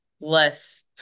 less